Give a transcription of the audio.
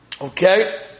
Okay